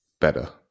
better